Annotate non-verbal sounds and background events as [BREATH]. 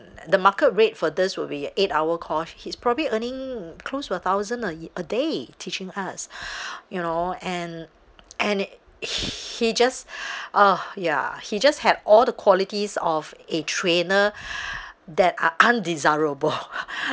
the market rate for this will be eight hour course he's probably earning close to a thousand a ye~ a day teaching us [BREATH] you know and and he just [BREATH] ugh ya he just had all the qualities of a trainer [BREATH] that are undesirable [LAUGHS] [BREATH]